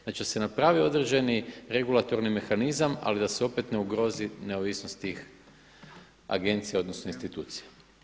Znači da se napravi određeni regulatorni mehanizam, ali da se opet ne ugrozi neovisnost tih agencija odnosno institucija.